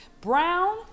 Brown